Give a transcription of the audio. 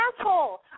asshole